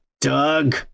Doug